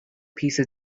píosa